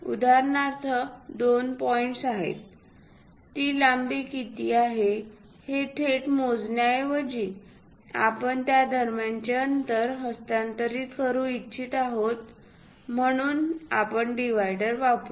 उदाहरणार्थ दोन पॉईंट्स आहेत ती लांबी किती आहे हे थेट मोजण्याऐवजी आपण त्या दरम्यानचे अंतर हस्तांतरित करू इच्छित आहोत म्हणून आपण डिव्हायडर वापरू